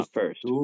first